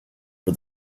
for